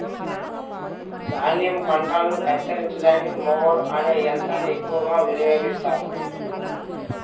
ధాన్యం పంటలను కత్తిరించడానికి మొవర్ అనే యంత్రాన్ని ఎక్కువగా వినియోగిస్తారు